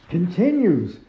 Continues